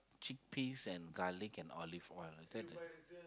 chick peas and garlic and olive oil I'll take it